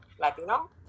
Latino